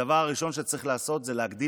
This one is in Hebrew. הדבר הראשון שצריך לעשות זה להגדיל